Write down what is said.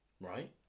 Right